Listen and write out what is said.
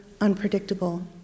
unpredictable